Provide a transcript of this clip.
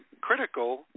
critical